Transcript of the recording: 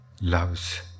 loves